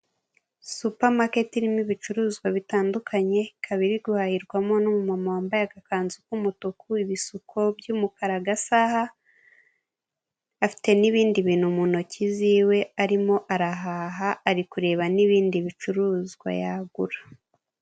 Supamaketi irimo ibicuruzwa bitandukanye ikaba iri guhahirwamo n'umuntu wambaye agakanzu k'umutuku ibisuko by'umukarara, agasaha afite n'ibindi bintu mu ntoki ziwe arimo arahaha ari kureba n'ibindi bicuruzwa yagura.